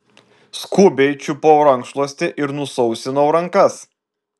skubiai čiupau rankšluostį ir nusausinau rankas